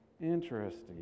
Interesting